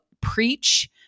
preach